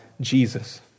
Jesus